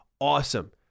Awesome